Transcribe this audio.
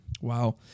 Wow